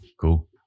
Cool